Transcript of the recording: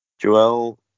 Joel